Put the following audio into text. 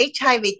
HIV